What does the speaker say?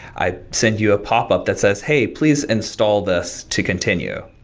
i send you a pop-up that says, hey, please install this to continue.